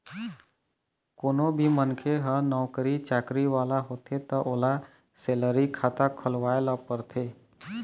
कोनो भी मनखे ह नउकरी चाकरी वाला होथे त ओला सेलरी खाता खोलवाए ल परथे